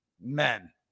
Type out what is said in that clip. men